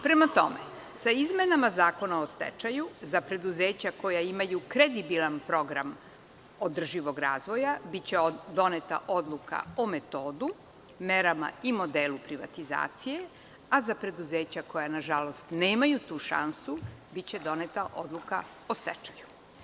Prema tome, sa izmenama Zakona o stečaju, za preduzeća koja imaju kredibilan program održivog razvoja, biće doneta odluka o metodu, merama i modelu privatizacije, a za preduzeća koja, nažalost, nemaju tu šansu, biće doneta odluka o stečaju.